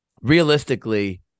Realistically